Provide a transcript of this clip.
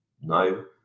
No